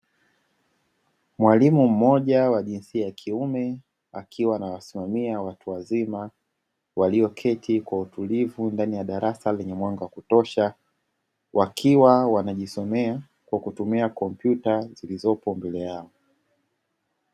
Mwalimu moja wa jinsia ya kiume akiwa anawasimamia watu wazima walioketi kwa utulivu ndani ya darasa, lenye mwanga wa kutosha, wakiwa wanajisomea kwa kutumia kompyuta zilizopo mbele yao.